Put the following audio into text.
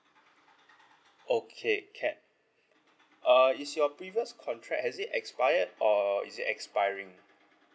okay can uh is your previous contract has it expired or is it expiring